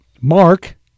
Mark